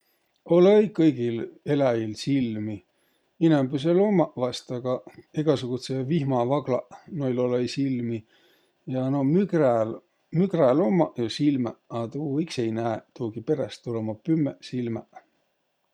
Olõ-õi kõigil eläjil silmi. Inämbüsel ummaq vaest, aga egäsugudsõq vihmavaglaq, noil olõ.õi silmi. Ja no mügräl, mügräl ummaq jo simäq, a tuu iks ei näeq tuugiperäst, tuul ummaq pümmeq silmäq.